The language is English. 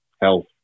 health